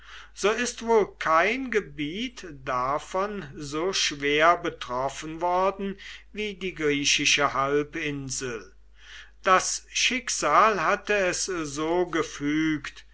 so ist wohl kein gebiet davon so schwer betroffen worden wie die griechische halbinsel das schicksal hatte es so gefügt